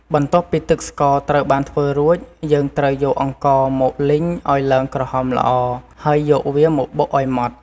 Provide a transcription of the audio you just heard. បន្ទាប់ពីទឹកស្ករត្រូវបានធ្វើរួច យើងត្រូវយកអង្ករមកលីងឱ្យឡើងក្រហមល្អ ហើយយកវាមកបុកឱ្យម៉ដ្ឋ។